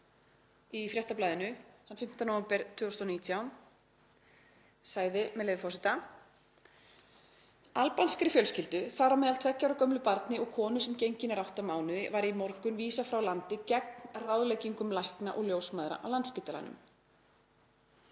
í Fréttablaðinu þann 5. nóvember 2019 sagði, með leyfi forseta: „Albanskri fjölskyldu, þar á meðal tveggja ára gömlu barni og konu sem gengin er átta mánuði, var í morgun vísað frá landi gegn ráðleggingum lækna og ljósmæðra á Landspítalanum.